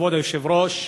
כבוד היושב-ראש,